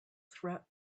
threat